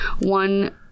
one